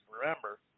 remember